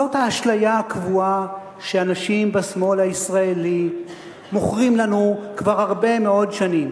זאת האשליה הקבועה שאנשים בשמאל הישראלי מוכרים לנו כבר הרבה מאוד שנים.